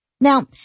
Now